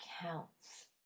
counts